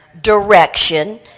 direction